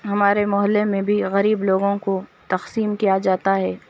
ہمارے محلّے میں بھی غریب لوگوں کو تقسیم کیا جاتا ہے